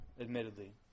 admittedly